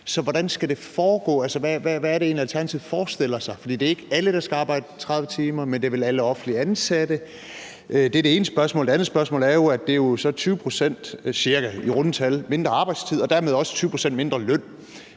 Så hvordan skal det foregå? Altså, hvad er det egentlig, Alternativet forestiller sig? For det er ikke alle, der skal arbejde 30 timer, men det er vel alle offentligt ansatte. Det er det ene spørgsmål. Det andet spørgsmål drejer sig om, at det jo er ca. 20 pct., i runde tal, mindre arbejdstid og dermed så også 20 pct. mindre i løn.